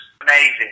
amazing